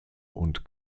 und